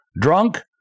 Drunk